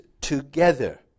together